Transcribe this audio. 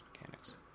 mechanics